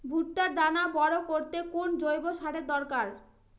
ভুট্টার দানা বড় করতে কোন জৈব সারের দরকার?